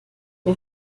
der